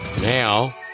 Now